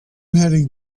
heading